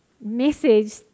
message